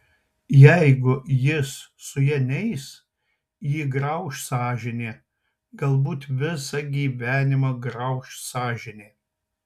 jeigu jis su ja neis jį grauš sąžinė galbūt visą gyvenimą grauš sąžinė